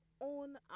own